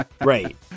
Right